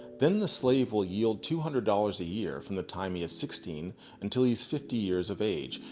then the slave will yield two hundred dollars a year from the time he is sixteen until he is fifty years of age,